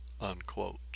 unquote